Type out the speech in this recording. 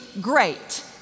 great